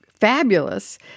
fabulous